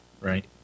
Right